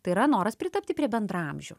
tai yra noras pritapti prie bendraamžių